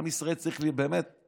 עם ישראל צריך באמת להיות עצוב.